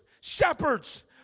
shepherds